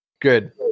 Good